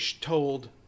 told